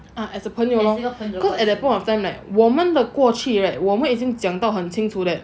ah as a 朋友 lor because at that point of time like 我们的过去 right 我们已经讲到很清楚 that